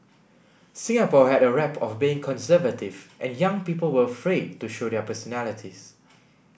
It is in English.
Singapore had a rep of being conservative and young people were afraid to show their personalities